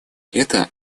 это